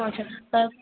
আচ্ছা তা